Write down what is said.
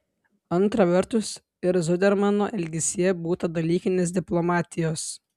antra vertus ir zudermano elgesyje būta dalykinės diplomatijos